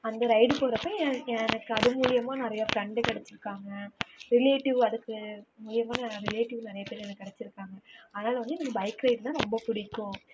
அந்த ரைடு போகிறப்ப ஏன் எனக்கு அது மூலயமா நான் நிறையா ஃப்ரெண்டு கிடைச்சிருக்காங்க ரிலேட்டிவ் அதுக்கு மூலயமாவும் ரிலேட்டிவ் நிறையாப் பேர் எனக்கு கிடைச்சிருக்காங்க அதனால் வந்து எனக்கு பைக் ரைட்ன்னால் ரொம்ப பிடிக்கும்